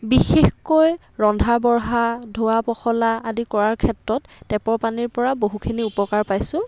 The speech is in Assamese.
বিশেষকৈ ৰন্ধা বঢ়া ধোৱা পখলা আদি কৰাৰ ক্ষেত্ৰত টেপৰ পানীৰ পৰা বহুখিনি উপকাৰ পাইছোঁ